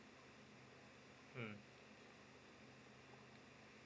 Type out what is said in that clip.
mm